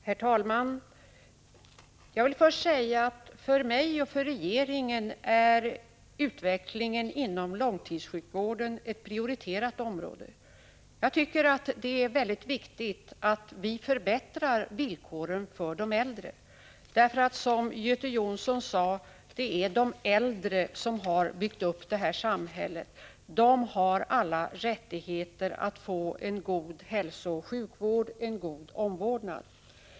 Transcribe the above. Herr talman! Jag vill först säga: För mig och för regeringen är utvecklingen inom långtidssjukvården ett prioriterat område. Jag tycker att det är väldigt viktigt att vi förbättrar villkoren för de äldre. Som Göte Jonsson sade är det ju de äldre som har byggt upp detta samhälle — de har alla rätt att få en god hälsooch sjukvård och en god omvårdnad.